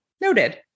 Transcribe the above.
noted